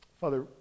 Father